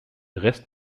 rest